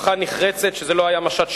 הוכחה נחרצת שזה לא היה משט שלום,